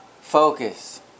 Focus